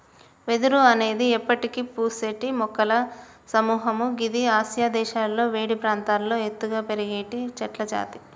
వెదురు అనేది ఎప్పటికి పూసేటి మొక్కల సముహము గిది ఆసియా దేశాలలో వేడి ప్రాంతాల్లో ఎత్తుగా పెరిగేటి చెట్లజాతి